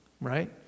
Right